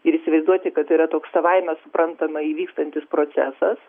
ir įsivaizduoti kad yra toks savaime suprantamai įvykstantis procesas